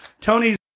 Tony's